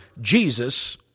Jesus